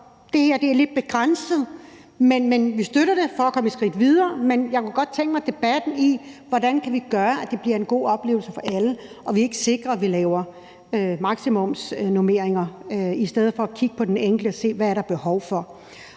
Det her er lidt begrænset, men vi støtter det for at komme et skridt videre. Men jeg kunne godt tænke mig en debat om, hvordan vi kan gøre det sådan, at det bliver en god oplevelse for alle, og hvordan vi sikrer, at vi ikke laver maksimumsnormeringer i stedet for at kigge på den enkelte og se på, hvad der er behov for.